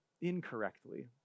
incorrectly